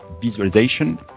visualization